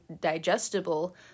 digestible